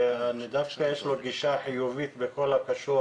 ודווקא הגישה שלו חיובית בכל הקשור